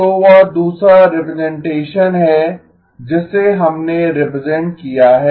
तो वह दूसरा रिप्रजेंटेशन है जिसे हमने रिप्रेजेंट किया है